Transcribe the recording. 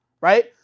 right